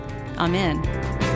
Amen